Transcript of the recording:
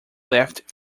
left